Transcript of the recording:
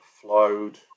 flowed